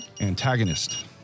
Antagonist